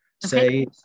say